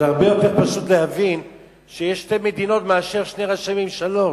הרבה יותר פשוט להבין שיש שתי מדינות מאשר שני ראשי ממשלה.